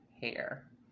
hair